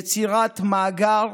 יצירת מאגר